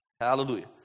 Hallelujah